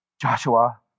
Joshua